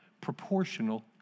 proportional